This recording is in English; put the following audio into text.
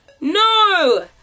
No